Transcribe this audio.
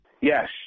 Yes